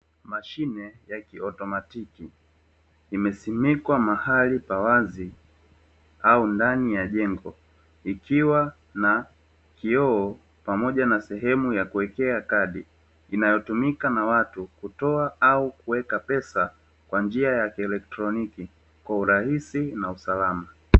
Mashine ya kiautomatiki imesimikwa mahali pa wazi au ndani ya jengo ikiwa na kioo, pamoja na sehemu ya kuwekea kadi inayotumika na watu kutoa au kuweka pesa kwa njia ya elektroniki kwa urahisi na usalama.